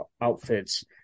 outfits